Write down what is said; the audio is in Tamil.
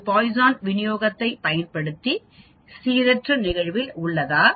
இது பாய்சன் விநியோகத்தைப் பயன்படுத்தி சீரற்ற நிகழ்வில் உள்ளதா